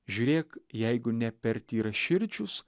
žiūrėk jeigu ne per tyraširdžius